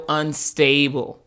unstable